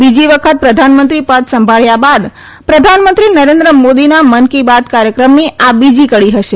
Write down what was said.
બીજી વખત પ્રધાનમંત્રી પદ સંભાબ્યા બાદ પ્રધાનમંત્રી નરેન્દ્ર મોદીના મન કી બાત કાર્યક્રમની આ બીજી કડી હશે